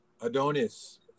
Adonis